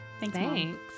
Thanks